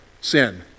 Sin